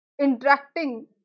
interacting